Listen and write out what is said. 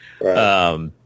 Right